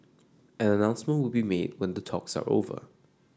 an announcement will be made when the talks are over